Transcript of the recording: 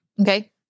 Okay